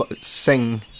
sing